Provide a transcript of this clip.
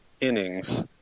innings